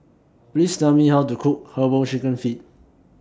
Please Tell Me How to Cook Herbal Chicken Feet